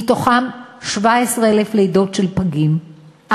מתוכן 17,000 לידות של פגים,